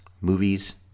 movies